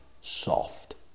soft